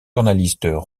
journalistes